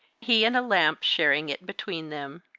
he and a lamp sharing it between them.